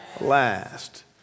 last